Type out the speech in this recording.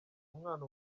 umwana